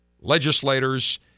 legislators